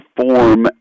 form